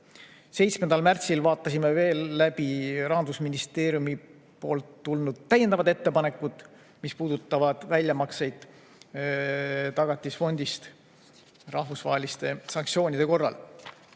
7. märtsil vaatasime veel läbi Rahandusministeeriumi täiendavad ettepanekud, mis puudutavad väljamakseid Tagatisfondist rahvusvaheliste sanktsioonide korral.